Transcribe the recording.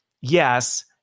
Yes